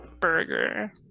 burger